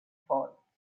faults